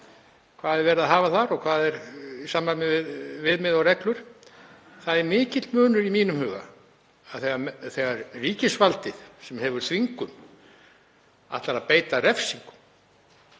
hvað er viðhaft þar og hvað er í samræmi við viðmið og reglur. Það er mikill munur í mínum huga þegar ríkisvaldið, sem hefur þvingunarvald, ætlar að beita refsingum